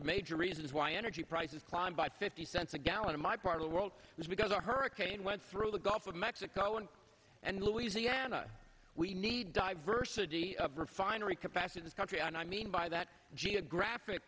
the major reasons why energy prices climbed by fifty cents a gallon in my part of the world is because a hurricane went through the gulf of mexico and and louisiana we need diversity of refinery capacity this country and i mean by that geographic